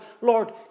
Lord